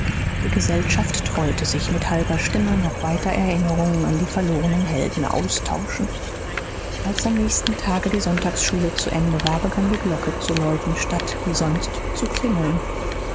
die gesellschaft trollte sich mit halber stimme noch weiter erinnerungen an die verlorenen helden austauschend als am nächsten tage die sonntagsschule zu ende war begann die glocke zu läuten statt wie sonst zu klingeln